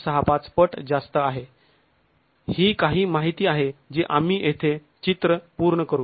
०६५ पट जास्त आहे ही काही माहिती आहे जी आम्ही येथे चित्र पूर्ण करू